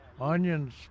Onion's